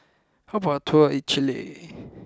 how about a tour in Chile